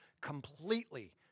completely